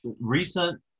recent